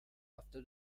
after